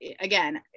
again